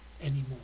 anymore